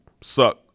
suck